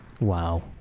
wow